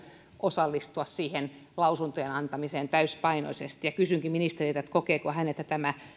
osallistua siihen lausuntojen antamiseen täysipainoisesti kysynkin ministeriltä kokeeko hän että tämä